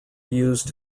used